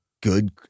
good